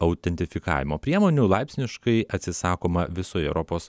autentifikavimo priemonių laipsniškai atsisakoma visoje europos